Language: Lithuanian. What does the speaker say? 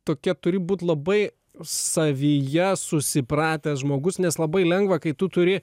tokia turi būt labai savyje susipratęs žmogus nes labai lengva kai tu turi